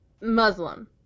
Muslim